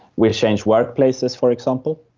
we change workplaces, for example,